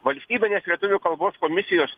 valstybinės lietuvių kalbos komisijos